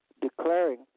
declaring